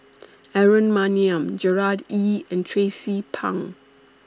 Aaron Maniam Gerard Ee and Tracie Pang